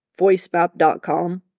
voicemap.com